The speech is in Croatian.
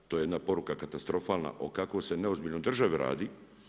To je jedna poruka katastrofalna o kako se neozbiljnoj državi radi.